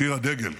שיר הדגל.